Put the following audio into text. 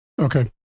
Okay